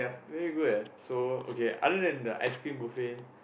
very good eh so okay other then the ice cream buffet